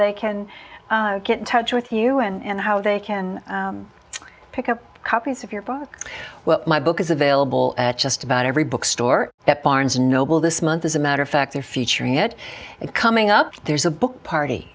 they can get in touch with you and how they can pick up copies of your book well my book is available at just about every bookstore at barnes and noble this month as a matter of fact they're featuring it coming up there's a book party